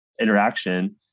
interaction